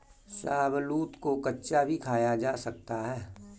शाहबलूत को कच्चा भी खाया जा सकता है